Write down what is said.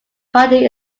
partly